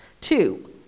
Two